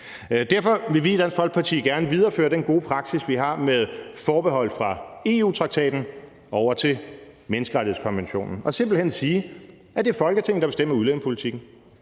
Derfor vil vi i Dansk Folkeparti gerne videreføre den gode praksis, vi har med forbehold fra EU-traktaten, over til menneskerettighedskonventionen og simpelt hen sige, at det er Folketinget, der bestemmer udlændingepolitikken.